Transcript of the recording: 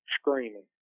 screaming